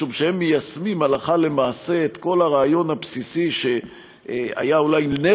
משום שהם מיישמים הלכה למעשה את כל הרעיון הבסיסי שהיה אולי נר